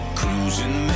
cruising